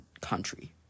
country